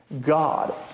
God